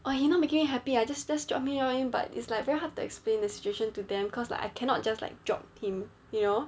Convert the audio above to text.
but he's not making me happy I just just drop him drop him but it's like very hard to explain the situation to them cause like I cannot just like drop him you know